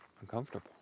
uncomfortable